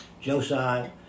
Josiah